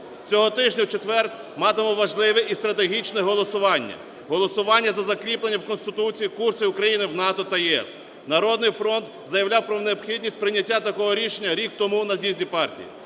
Цього тижня у четвер матимемо важливе і стратегічне голосування – голосування за закріплення у Конституції курсу України в НАТО та ЄС. "Народний фронт" заявляв про необхідність прийняття такого рішення рік тому на з'їзді партії.